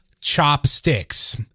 chopsticks